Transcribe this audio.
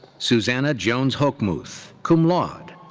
susanna jones hochmuth, cum laude.